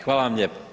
Hvala vam lijepo.